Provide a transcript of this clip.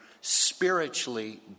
spiritually